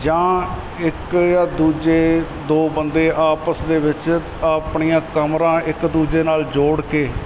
ਜਾਂ ਇੱਕ ਜਾਂ ਦੂਜੇ ਦੋ ਬੰਦੇ ਆਪਸ ਦੇ ਵਿੱਚ ਆਪਣੀਆਂ ਕਮਰਾਂ ਇੱਕ ਦੂਜੇ ਨਾਲ ਜੋੜ ਕੇ